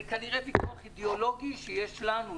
זה כנראה ויכוח אידיאולוגי שיש לנו,